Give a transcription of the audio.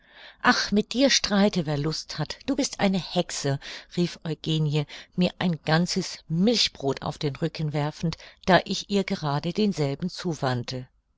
ach mit dir streite wer lust hat du bist eine hexe rief eugenie mir ein ganzes milchbrod auf den rücken werfend da ich ihr gerade denselben zuwandte